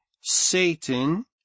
Satan